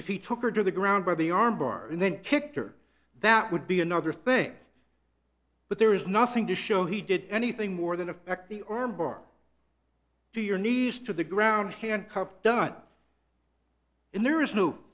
if he took her to the ground by the arm bar and then kicked her that would be another thing but there is nothing to show he did anything more than affect the arm bar to your knees to the ground hand cupped done and there is no